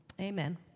Amen